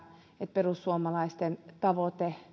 perussuomalaisten tavoite